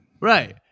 Right